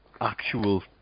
actual